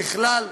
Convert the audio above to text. ככלל,